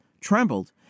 trembled